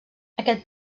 aquest